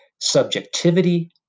Subjectivity